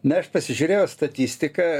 na aš pasižiūrėjau statistiką